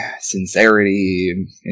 sincerity